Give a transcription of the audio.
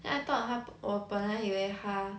then I thought 他我本来以为他